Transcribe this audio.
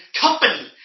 company